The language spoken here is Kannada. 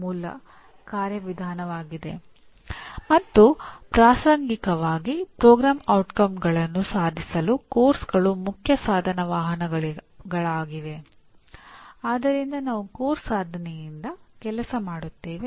ಪರಿಣಾಮದ ಮತ್ತೊಂದು ಪ್ರಮುಖ ಲಕ್ಷಣವೆಂದರೆ ಪರಿಣಾಮಗಳು ಹೊಣೆಗಾರರಲ್ಲಿ ಪ್ರಭಾವಶಾಲಿ ಸಂವಹನಕ್ಕೆ ಆಧಾರವನ್ನು ಒದಗಿಸುತ್ತದೆ